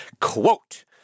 quote